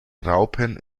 raupen